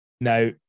Now